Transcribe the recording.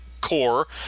core